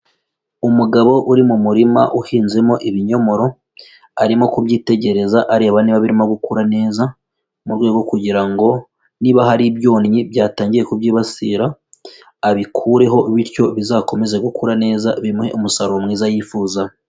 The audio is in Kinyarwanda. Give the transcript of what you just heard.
Umugabo uri mu murima uhinzemo ibinyomoro, arimo kubyitegereza areba niba birimo gukura neza, mu rwego kugira ngo niba hari ibyonnyi byatangiye kubyibasira, abikureho bityo bizakomeze gukura neza, bimuhe umusaruro mwiza yifuza.